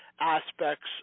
aspects